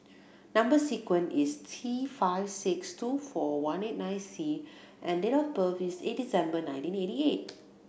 number sequence is T five six two four one eight nine C and date of birth is eight December nineteen eighty eight